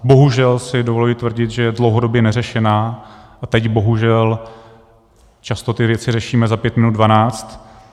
Bohužel si dovoluji tvrdit, že je dlouhodobě neřešená, a teď bohužel často ty věci řešíme za pět minut dvanáct.